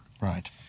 Right